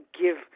give